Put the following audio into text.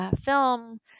film